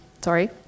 sorry